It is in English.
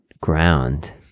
ground